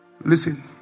Listen